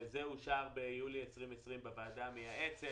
זה אושר ביולי 2020 בוועדה המייעצת